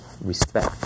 respect